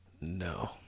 no